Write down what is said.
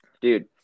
dude